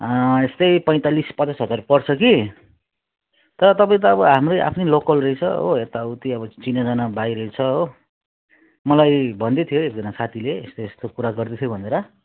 यस्तै पैँतालिस पचास हजार पर्छ कि तर तपाईँ त अब हाम्रै आफ्नै लोकल रहेछ हो यता उती चिनाजाना भाइ रहेछ हो मलाई भन्दैथियो एकजाना साथीले यस्तो यस्तो कुरा गर्दैथियो भनेर